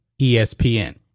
ESPN